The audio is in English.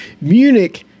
Munich